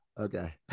Okay